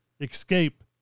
escape